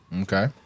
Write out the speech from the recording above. Okay